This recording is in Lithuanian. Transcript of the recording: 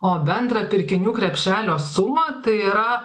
o bendrą pirkinių krepšelio sumą tai yra